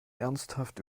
ernsthaft